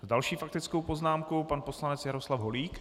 S další faktickou poznámkou pan poslanec Jaroslav Holík.